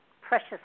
precious